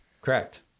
Correct